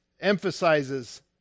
emphasizes